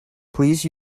please